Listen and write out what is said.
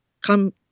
come